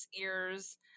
ears